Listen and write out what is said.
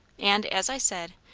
and, as i said,